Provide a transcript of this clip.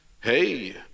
Hey